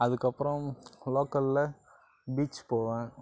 அதுக்கப்பறம் லோக்கல்ல பீச் போவேன்